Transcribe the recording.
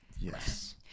yes